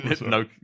No